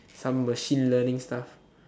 some machine learning stuff